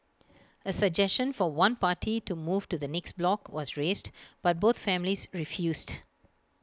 A suggestion for one party to move to the next block was raised but both families refused